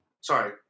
sorry